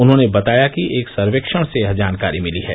उन्होंने बताया कि एक सर्वेक्षण से यह जानकारी मिली है